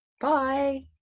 Bye